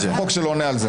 ההסתייגות הוסרה.